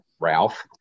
Ralph